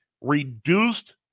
reduced